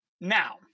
Now